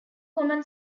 common